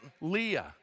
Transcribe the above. Leah